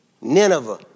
Nineveh